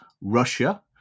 Russia